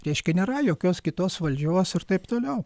reiškia nėra jokios kitos valdžios ir taip toliau